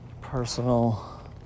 personal